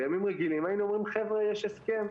בימים רגילים היינו אומרים: חבר'ה, יש הסכם.